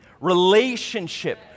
relationship